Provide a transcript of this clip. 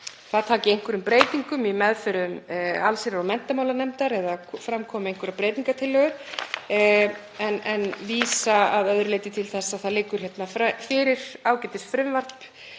það taki einhverjum breytingum í meðförum allsherjar- og menntamálanefndar eða að fram komi einhverjar breytingartillögur. En ég vísa að öðru leyti til þess að það liggur hreinlega fyrir ágætisfrumvarp